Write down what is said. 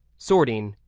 sorting,